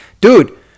dude